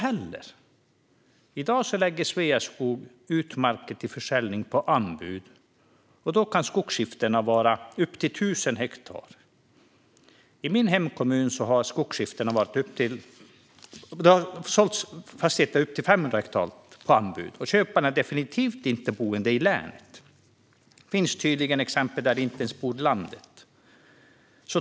I dag lägger Sveaskog ut marker till försäljning på anbud, och då kan skogsskiftena vara på upp till 1 000 hektar. I min hemkommun har fastigheter på 500 hektar sålts på anbud, och köparna är definitivt inte boende i länet. Tydligen finns det exempel där de inte ens bor i landet.